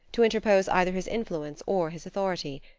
to interpose either his influence or his authority.